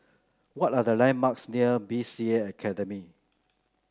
what are the landmarks near B C A Academy